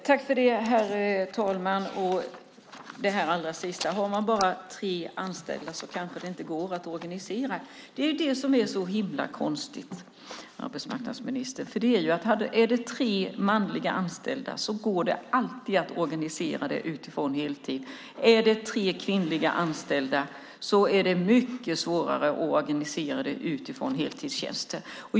Herr talman! Ministern sade allra sist att det kanske inte går att organisera om man bara har tre anställda. Det är det som är så konstigt, arbetsmarknadsministern. Är det tre manliga anställda går det alltid att organisera det utifrån heltid. Är det tre kvinnliga anställda är det mycket svårare att organisera det utifrån heltidstjänster.